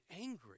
angry